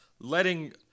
letting